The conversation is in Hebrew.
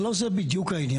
אבל לא זה בדיוק העניין?